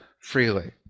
freely